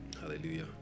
Hallelujah